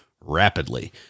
rapidly